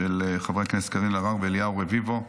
של חברי הכנסת קארין אלהרר ואליהו רביבו.